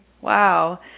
Wow